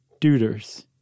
deuters